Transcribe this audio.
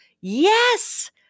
yes